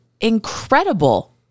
incredible